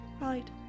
Right